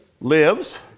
Lives